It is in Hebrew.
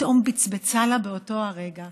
פתאום בצבצה לה באותו הרגע